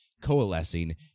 coalescing